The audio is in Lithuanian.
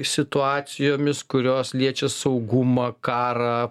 situacijomis kurios liečia saugumą karą